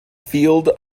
field